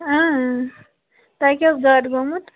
تۄہہِ کیٛاہ اوس زیادٕ گوٚمُت